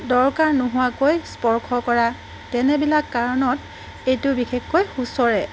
দৰকাৰ নোহোৱাকৈ স্পৰ্শ কৰা তেনেবিলাক কাৰণত এইটো বিশেষকৈ সোঁচৰে